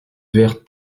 vers